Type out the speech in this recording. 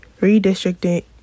Redistricting